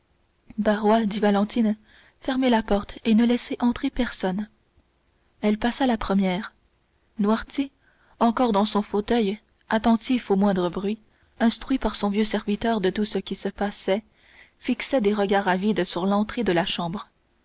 dit valentine fermez la porte et ne laissez entrer personne elle passa la première noirtier encore dans son fauteuil attentif au moindre bruit instruit par son vieux serviteur de tout ce qui se passait fixait des regards avides sur l'entrée de la chambre